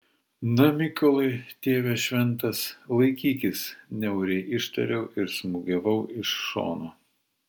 na mykolai tėve šventas laikykis niauriai ištariau ir smūgiavau iš šono